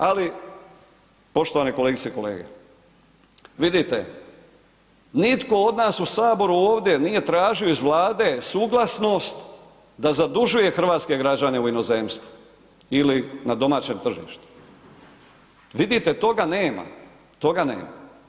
Ali poštovane kolegice i kolege, vidite nitko od nas u HS ovdje nije tražio iz Vlade suglasnost da zadužuje hrvatske građane u inozemstvu ili na domaćem tržištu, vidite toga nema, toga nema.